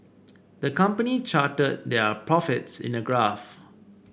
the company charted their profits in a graph